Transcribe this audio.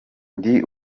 ndi